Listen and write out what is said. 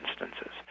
instances